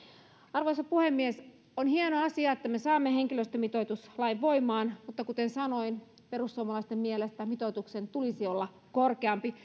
arvoisa puhemies on hieno asia että me saamme henkilöstömitoituslain voimaan mutta kuten sanoin perussuomalaisten mielestä mitoituksen tulisi olla korkeampi